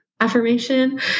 affirmation